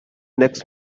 next